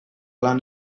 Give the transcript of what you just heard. lan